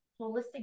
holistic